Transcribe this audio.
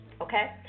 okay